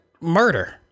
murder